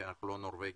כי אנחנו לא נורבגים.